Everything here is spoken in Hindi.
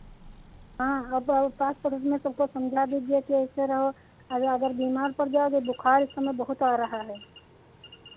हाँ अब वो आस पड़ोस में सबको समझा दीजिए कि ऐसे रहो अरे अगर बीमार पड़ जाओगी बुखार इस समय बहुत आ रहा है